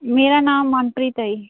ਮੇਰਾ ਨਾਮ ਮਨਪ੍ਰੀਤ ਹੈ ਜੀ